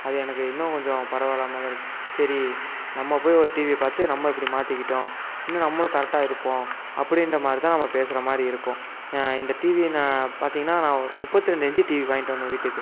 அது எனக்கு இன்னும் கொஞ்சம் பரவாயில்லாமல் தான் இருக்குது சரி நம்ம போய் ஒரு டிவியை பார்த்து நம்ம இப்படி மாற்றிக்கிட்டோம் இன்னும் நம்மளும் கரெக்டாக இருப்போம் அப்படின்ற மாதிரிதான் நம்ம பேசுகிற மாதிரி இருக்கும் இந்த டிவியை நான் பார்த்தீங்கன்னா நான் ஒரு முப்பத்தி ரெண்டு இன்ச்சி டிவி வாங்கிட்டு வந்தேன் வீட்டுக்கு